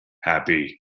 happy